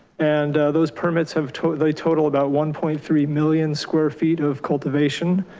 and those permits have total, they total about one point three million square feet of cultivation.